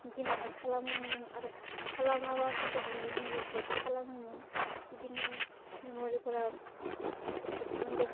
गिनानै खालामोमोन आरो खालामाबा जोंखौ बुयोमोन बेखायनो खालामोमोन बिदिनो मेमरिफ्रा साबसिन